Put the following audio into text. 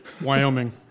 Wyoming